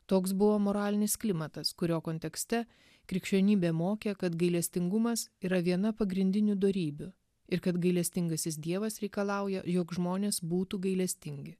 toks buvo moralinis klimatas kurio kontekste krikščionybė mokė kad gailestingumas yra viena pagrindinių dorybių ir kad gailestingasis dievas reikalauja jog žmonės būtų gailestingi